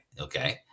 okay